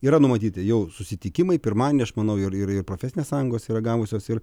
yra numatyti jau susitikimai pirmadienį aš manau ir ir profesinės sąjungos yra gavusios ir